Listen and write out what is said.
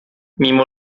mimo